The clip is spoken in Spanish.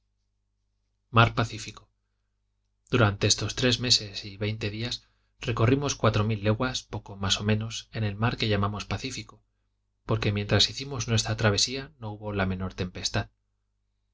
durante estos tres meses y veinte días recorrimos cuatro mil leguas poco más o menos en el mar que llamamos pacífico porque mientras hicimos nuestra travesía no hubo la menor tempestad